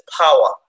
power